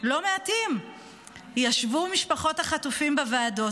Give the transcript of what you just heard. לא מעטים ישבו משפחות החטופים בוועדות,